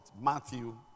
Matthew